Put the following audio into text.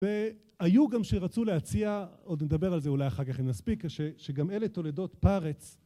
והיו גם שרצו להציע, עוד נדבר על זה אולי אחר כך אם נספיק, שגם אלה תולדות פרץ